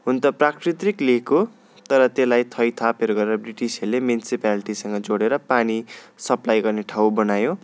हुनु त प्राकृतिक लेक हो तर त्यसलाई थैथापहरू गरेर ब्रिटिसहरूले म्युनिसिप्यालिटीसँग जोडेर पानी सप्लाई गर्ने ठाउँ बनायो